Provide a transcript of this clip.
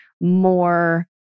more